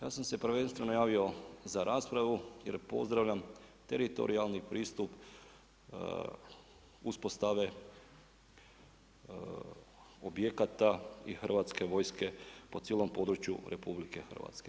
Ja sam se prvenstveno javio za raspravu, jer pozdravljam teritorijalni pristup uspostave objekata i Hrvatske vojske po cijelom području RH.